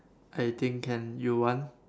I think can you want